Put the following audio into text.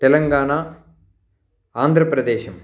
तेलङ्गाना आन्द्रप्रदेशः